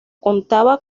contaba